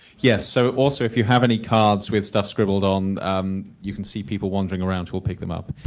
yes, so also if you have any cards with stuff scribbled on you can see people wondering around who'll pick them up.